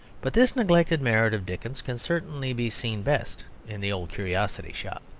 but this neglected merit of dickens can certainly be seen best in the old curiosity shop.